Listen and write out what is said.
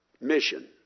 Mission